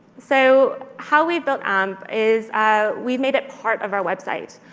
so how we built amp is we've made it part of our website.